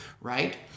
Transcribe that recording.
right